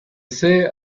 say